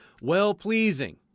well-pleasing